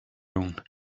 own